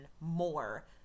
more